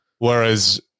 Whereas